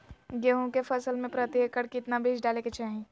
गेहूं के फसल में प्रति एकड़ कितना बीज डाले के चाहि?